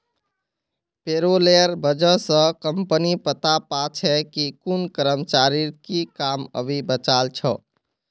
पेरोलेर वजह स कम्पनी पता पा छे कि कुन कर्मचारीर की काम अभी बचाल छ